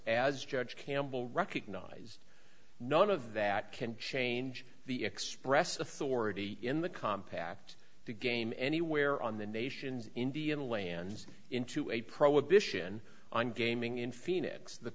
as judge campbell recognize none of that can change the express authority in the compact to game anywhere on the nation's indian lands into a prohibition on gaming in phoenix the